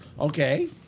Okay